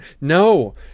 no